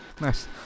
Nice